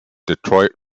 detroit